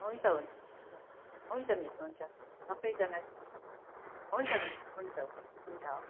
हुन्छ हुन्छ हुन्छ मिस हुन्छ सबैजना हुन्छ मिस हुन्छ हुन्छ हुन्छ हवस्